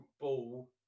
ball